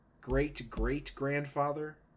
great-great-grandfather